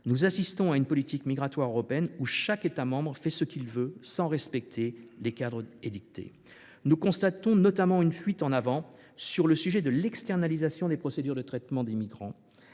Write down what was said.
nous assistons à une politique migratoire européenne où chaque État membre fait ce qu’il veut sans respecter les cadres édictés. Nous constatons notamment une fuite en avant sur le sujet de l’externalisation des procédures de traitement des migrants,